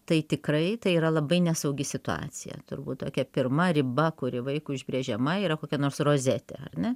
tai tikrai tai yra labai nesaugi situacija turbūt tokia pirma riba kuri vaikui užbrėžiama yra kokia nors rozetė ar ne